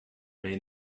may